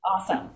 Awesome